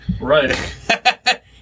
Right